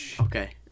Okay